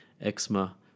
eczema